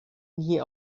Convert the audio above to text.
nie